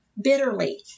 bitterly